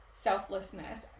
selflessness